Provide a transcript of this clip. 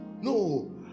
no